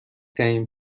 ترین